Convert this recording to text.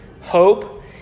hope